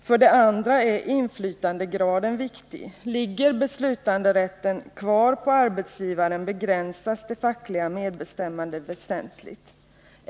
”För det andra är inflytandegraden viktig. Ligger beslutanderätten kvar på arbetsgivaren begränsas det fackliga medbestämmandet väsentligt.